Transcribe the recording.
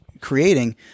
creating –